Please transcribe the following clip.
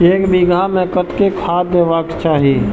एक बिघा में कतेक खाघ देबाक चाही?